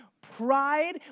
pride